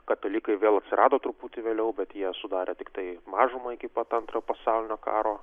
katalikai vėl atsirado truputį vėliau bet jie sudaro tiktai mažumą iki pat antrojo pasaulinio karo